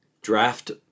Draft